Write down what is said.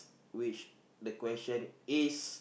which the question is